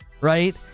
Right